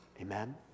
Amen